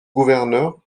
gouverneur